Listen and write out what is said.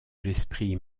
l’esprit